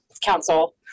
Council